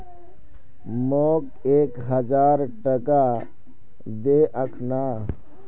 मोक एक हजार टका दे अखना